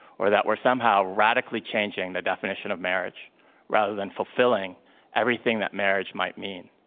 or that we're somehow radically changing the definition of marriage rather than fulfilling everything that marriage might mean,